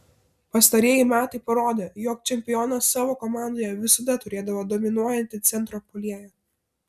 pastarieji metai parodė jog čempionas savo komandoje visada turėdavo dominuojantį centro puolėją